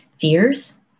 fears